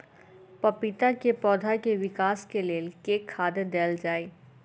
पपीता केँ पौधा केँ विकास केँ लेल केँ खाद देल जाए?